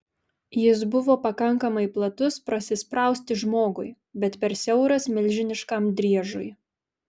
jis buvo pakankamai platus prasisprausti žmogui bet per siauras milžiniškam driežui